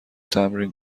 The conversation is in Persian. تمرین